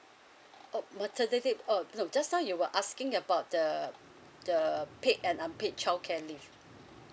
oh maternity oh no just now you're asking about the the paid and unpaid child care leave